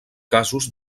casos